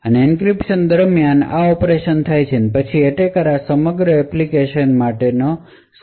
તેથી એન્ક્રિપ્શન દરમિયાન આ ઑપરેશનસ થાય છે અને પછી એટેકર આ સમગ્ર એન્ક્રિપ્શન માટેનો સમય માપે છે